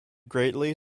greatly